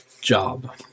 job